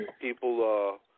people